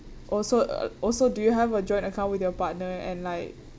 also also do you have a joint account with your partner and like